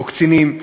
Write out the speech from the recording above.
או קצינים,